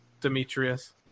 Demetrius